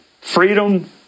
Freedom